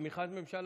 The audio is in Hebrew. בתמיכת ממשלה.